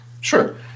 Sure